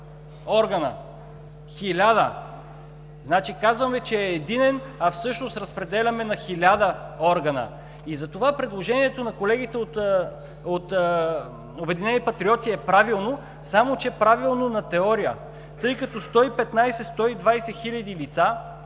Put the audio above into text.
органа. Хиляда! Казваме, че е единен, а в същност го разпределяме на 1000 органа. Затова предложението на колегите от „Обединени патриоти“ е правилно, само че е правилно на теория! Тъй като 115 – 120 хиляди лица